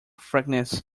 frankness